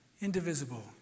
indivisible